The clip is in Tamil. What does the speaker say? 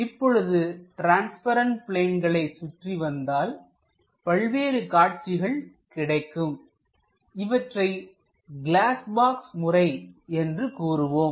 இப்பொழுது ட்ரான்ஸ்பரண்ட் பிளேன்களை சுற்றி வந்தால் பல்வேறு காட்சிகள் கிடைக்கும் இவற்றை கிளாஸ் பாக்ஸ் முறை என்று கூறுவோம்